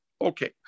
okay